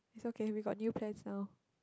it's okay we got new plans now